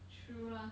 true lah